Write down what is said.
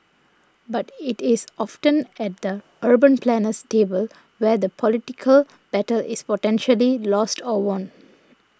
but it is often at the urban planner's table where the political battle is potentially lost or won